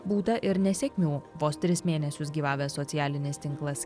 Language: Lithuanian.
būta ir nesėkmių vos tris mėnesius gyvavęs socialinis tinklas